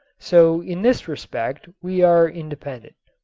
so in this respect we are independent.